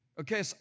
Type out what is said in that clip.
Okay